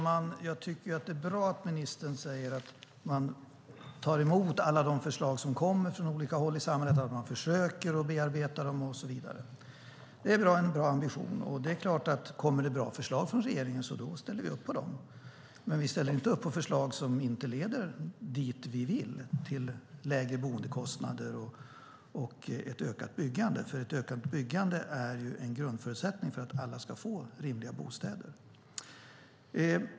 Herr talman! Det är bra att ministern säger att man tar emot alla de förslag som kommer från olika håll i samhället, att man försöker bearbeta dem och så vidare. Det är en bra ambition. Det är klart att om det kommer bra förslag från regeringen ställer vi upp på dem, men vi ställer inte upp på förslag som inte leder dit vi vill, till lägre boendekostnader och ett ökat byggande. Ett ökat byggande är en grundförutsättning för att alla ska få rimliga bostäder.